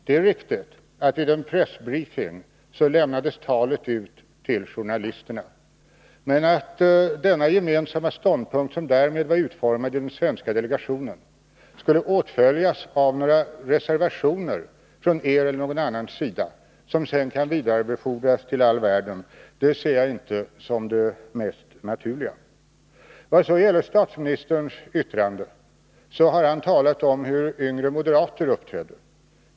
Herr talman! Det är riktigt att talet lämnades ut till journalisterna vid en press briefing. Men att denna gemensamma ståndpunkt som därmed var utformad i den svenska delegationen skulle åtföljas av några reservationer från er eller någon annans sida som sedan kan vidarebefordras till all världen ser jag inte som det mest naturliga. När det gäller statsministerns yttrande har han talat om hur yngre moderater uppträder.